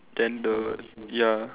then the ya